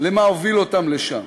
למה הוביל אותם לשם.